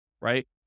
right